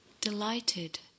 delighted